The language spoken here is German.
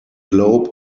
globe